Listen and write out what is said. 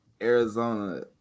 Arizona